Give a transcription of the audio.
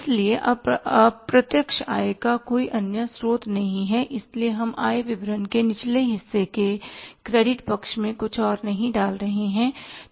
इसलिए अब अप्रत्यक्ष आय का कोई अन्य स्रोत नहीं है इसलिए हम आय विवरण के निचले हिस्से के क्रेडिट पक्ष में कुछ और नहीं डाल रहे हैं